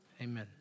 Amen